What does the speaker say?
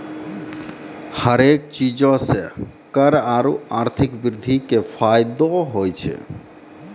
हरेक चीजो से कर आरु आर्थिक वृद्धि के फायदो होय छै